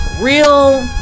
Real